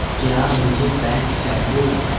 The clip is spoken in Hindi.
क्या मुझे पैंट चाहिए